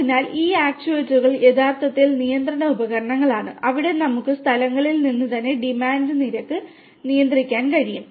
അതിനാൽ ഈ ആക്റ്റേറ്ററുകൾ യഥാർത്ഥത്തിൽ നിയന്ത്രണ ഉപകരണങ്ങളാണ് അവിടെ നമുക്ക് സ്ഥലങ്ങളിൽ നിന്ന് തന്നെ ഡിമാൻഡ് നിരക്ക് നിയന്ത്രിക്കാൻ കഴിയും